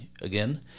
again